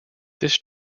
this